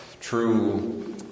true